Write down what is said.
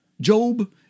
Job